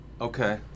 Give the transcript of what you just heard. Okay